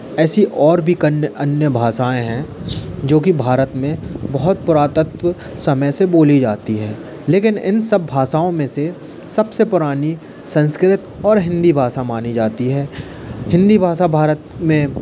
ऐसी और भी कन्य अन्य भाषाएँ हैं जो कि भारत में बहुत पुरातत्व समय से बोली जाती हैं लेकिन इन सब भाषाओं में से सबसे पुरानी संस्कृत और हिंदी भाषा मानी जाती है हिंदी भाषा भारत में